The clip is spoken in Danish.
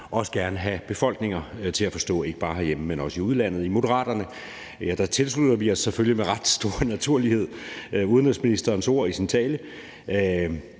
også gerne skulle have befolkninger til at forstå – ikke bare herhjemme, men også i udlandet. I Moderaterne tilslutter vi os selvfølgelig med ret stor naturlighed udenrigsministerens ord i sin tale.